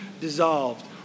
dissolved